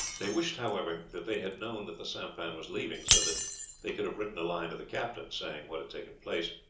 they wished, however, that they had known that the sampan was leaving, so that they could have written a line to the captain, saying what had taken place,